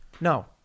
No